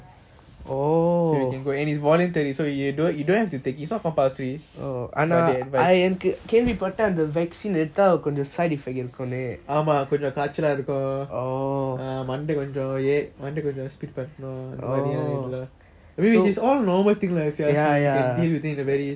it's not compulsory but they advice ஆமா கொஞ்சம் காய்ச்சலை இருக்கும் மண்டை கொஞ்சம் கொஞ்சம் பண்ணும்:aama konjam kaichala irukum manda konjam konjam pannum I mean is all normal thing lah they came up with it within a very short period of time